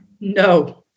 No